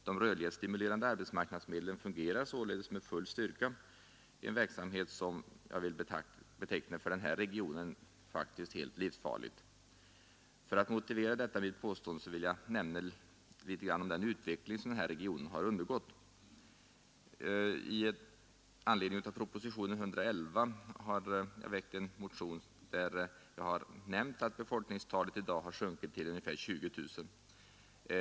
De rörlighetsstimulerande arbetsmarknadsmedlen fungerar således med full styrka — en verksamhet som jag för den här regionens del faktiskt betecknar som helt livsfarlig. För att motivera detta mitt påstående vill jag säga litet om den utveckling som denna region undergått. I anledning av propositionen 111 har jag väckt en motion där jag nämnt att befolkningstalet för regionen i dag sjunkit till ungefär 20 000.